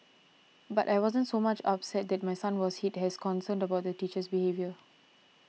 but I wasn't so much upset that my son was hit as concerned about the teacher's behaviour